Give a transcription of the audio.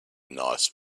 nice